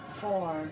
four